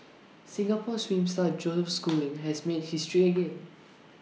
Singapore swim star Joseph schooling has made history again